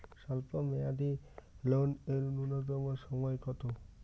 স্বল্প মেয়াদী লোন এর নূন্যতম সময় কতো?